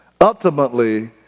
ultimately